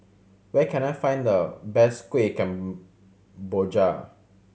where can I find the best Kueh Kemboja